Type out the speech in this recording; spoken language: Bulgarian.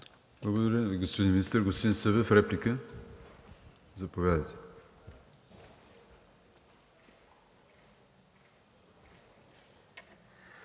Благодаря Ви, господин Министър. Господин Събев, реплика? Заповядайте.